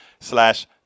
slash